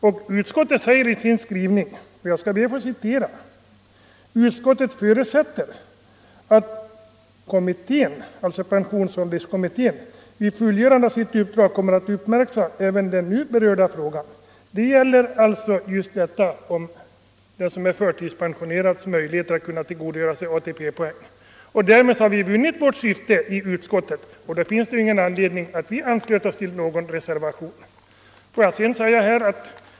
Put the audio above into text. I betänkandet står: Utskottet förutsätter att pensionsålderskommittén ”vid fullgörandet av sitt uppdrag kommer att uppmärksamma även den nu berörda frågan”. Det gäller just en förtidspensionärs möjligheter att tillgodoräkna sig ATP poäng. Därmed har vi vunnit vårt syfte i utskottet, och då finns det ingen anledning för oss att ansluta oss till reservationen.